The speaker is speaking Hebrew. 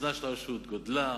חוסנה של הרשות, גודלה,